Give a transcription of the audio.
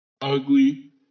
ugly